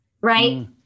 right